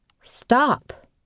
Stop